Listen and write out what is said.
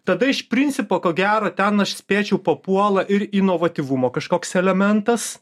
tada iš principo ko gero ten aš spėčiau papuola ir inovatyvumo kažkoks elementas